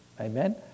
amen